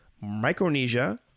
Micronesia